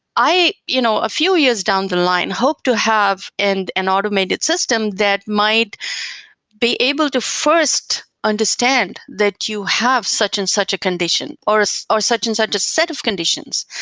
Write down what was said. i, you know a few years down the line, hope to have and an automated system that might be able to first understand that you have such and such a condition or ah so or such and such a set of conditions,